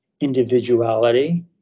individuality